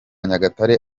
nyagatare